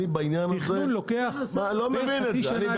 תכנון לוקח בין חצי שנה לשנה.